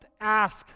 ask